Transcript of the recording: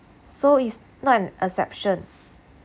so is not an exception